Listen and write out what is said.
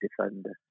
defender